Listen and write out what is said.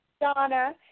Donna